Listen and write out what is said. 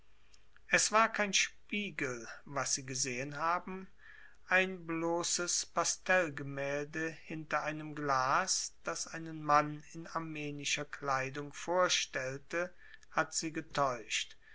es war kein spiegel was sie gesehen haben ein bloßes pastellgemälde hinter einem glas das einen mann in armenischer kleidung vorstellte hat sie getäuscht